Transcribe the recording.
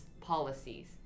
policies